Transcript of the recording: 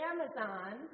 Amazon